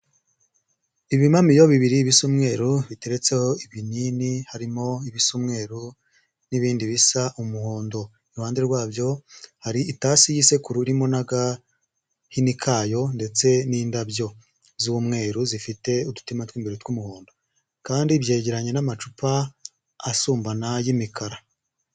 Ibimamiyo bibiri bisa umweru, biteretseho ibinini, harimo ibisa umweru n'ibindi bisa umuhondo, iruhande rwabyo hari itasi y'isekuru irimo n'agahini kayo ndetse n'indabyo z'umweru zifite udutima tw'imbere tw'umuhondo, kandi byeyegeranye n'amacupa asumbana y'imikara.